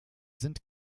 sind